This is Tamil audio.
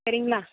சரிங்களா